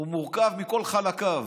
הוא מורכב מכל חלקיו,